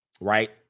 right